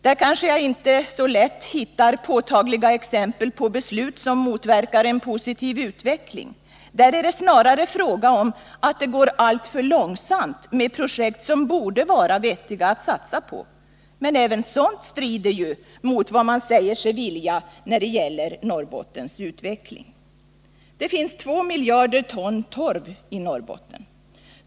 Här hittar jag kanske inte så lätt påtagliga exempel på beslut som motverkar en positiv utveckling. Här är det snarare fråga om att det går alltför långsamt med projekt som det borde vara vettigt att satsa på. Men även sådant strider ju mot vad man säger sig vilja när det gäller Norrbottens utveckling. Det finns två miljarder ton torv i Norrbotten.